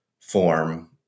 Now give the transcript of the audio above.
form